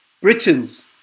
Britons